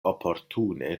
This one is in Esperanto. oportune